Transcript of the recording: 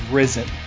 risen